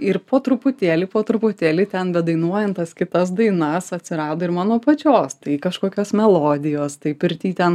ir po truputėlį po truputėlį ten bedainuojant tas kitas dainas atsirado ir mano pačios tai kažkokios melodijos tai pirty ten